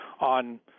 on